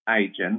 agent